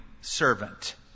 servant